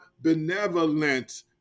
benevolent